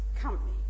company